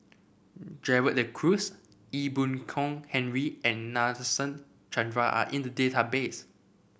Gerald De Cruz Ee Boon Kong Henry and Nadasen Chandra are in the database